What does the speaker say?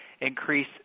increase